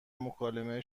مکالمه